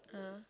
ah